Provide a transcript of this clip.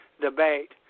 debate